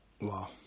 Wow